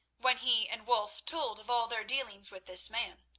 when he and wulf told of all their dealings with this man.